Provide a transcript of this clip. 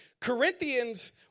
Corinthians